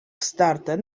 starte